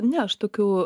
ne aš tokių